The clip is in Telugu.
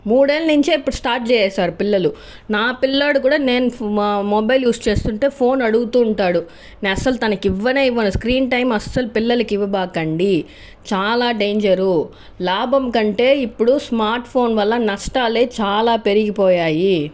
మూడేళ్ల నుంచి ఇప్పుడు స్టార్ట్ చేసారు పిల్లలు నా పిల్లోడు కూడా నేను మొబైల్ యూస్ చేస్తుంటే ఫోన్ అడుగుతూ ఉంటాడు నేను అసలు తనకి ఇవ్వనే ఇవ్వను స్క్రీన్ టైమ్ అసలు పిల్లలకి ఇవ్వబోకండి చాలా డేంజర్ లాభం కంటే ఇప్పుడు స్మార్ట్ ఫోన్ వల్ల నష్టాలే చాలా పెరిగిపోయాయి